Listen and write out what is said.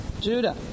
Judah